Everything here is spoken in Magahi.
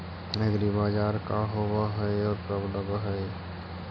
एग्रीबाजार का होब हइ और कब लग है?